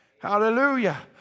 Hallelujah